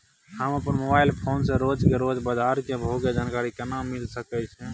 हम अपन mobile phone से रोज के रोज बाजार के भाव के जानकारी केना मिल सके छै?